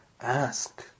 Ask